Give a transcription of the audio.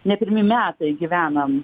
ne pirmi metai gyvenam